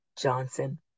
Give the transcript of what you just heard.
Johnson